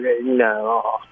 No